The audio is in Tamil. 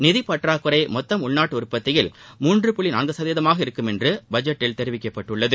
நிதிப் பற்றாக்குறை மொத்த உள்நாட்டு உற்பத்தியில் மூன்று புள்ளி நான்கு சதவீதமாக இருக்கும் என்று பட்ஜெட்டில் தெரிவிக்கப்பட்டுள்ளது